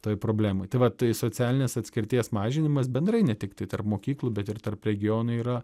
toj problemoj tai vat tai socialinės atskirties mažinimas bendrai ne tiktai tarp mokyklų bet ir tarp regionų yra